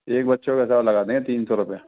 एक बच्चों का हिसाब लगा देंगे तीन सौ रूपए